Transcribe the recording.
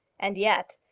and yet,